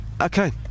Okay